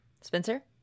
Spencer